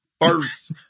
first